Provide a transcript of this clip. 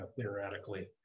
theoretically